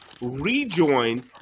rejoin